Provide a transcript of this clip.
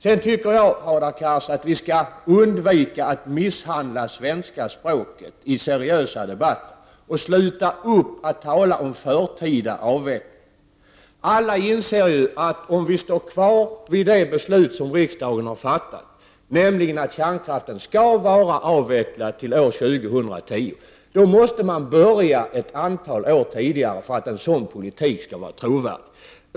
Sedan tycker jag, Hadar Cars, att vi skall undvika att misshandla svenska språket i seriösa debatter och sluta tala om förtida avveckling. Alla inser ju att om vi håller fast vid det beslut som riksdagen har fattat, nämligen att kärnkraften skall vara avvecklad till år 2010, då måste man påbörja ett sådant arbete ett antal år tidigare för att en sådan politik skall vara trovärdig.